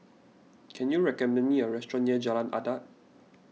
can you recommend me a restaurant near Jalan Adat